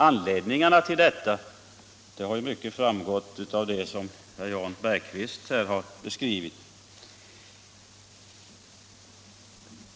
Anledningarna härtill har klart framgått av herr Jan Bergqvists beskrivning.